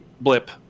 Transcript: blip